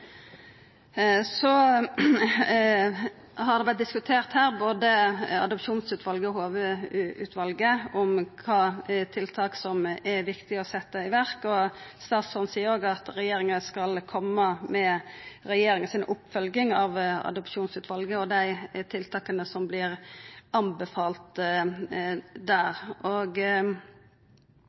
Så har det vore diskutert her, både Adopsjonslovutvalget og Hove-utvalget, om kva tiltak som er viktig å setja i verk, og statsråden seier òg at regjeringa skal koma med regjeringa si oppfølging av Adopsjonslovutvalget og dei tiltaka som vert anbefalte der.